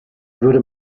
würde